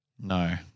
No